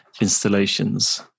installations